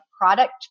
product